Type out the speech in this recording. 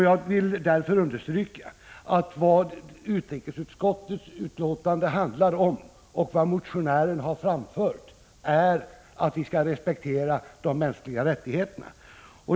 Jag vill därför understryka, att vad utrikesutskottets betänkande handlar om och vad motionären har framfört är att vi skall respektera de mänskliga rättigheterna.